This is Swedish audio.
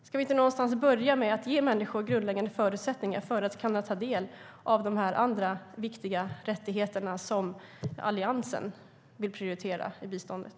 Ska vi inte någonstans börja med att ge människor grundläggande förutsättningar att ta del av de andra viktiga rättigheter som Alliansen vill prioritera i biståndet?